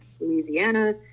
Louisiana